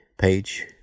page